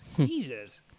Jesus